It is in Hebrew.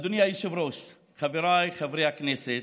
אדוני היושב-ראש, חבריי חברי הכנסת,